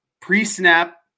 pre-snap